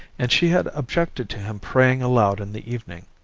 and she had objected to him praying aloud in the evening.